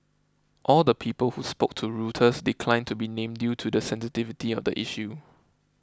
all the people who spoke to Reuters declined to be named due to the sensitivity of the issue